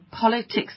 politics